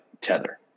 Tether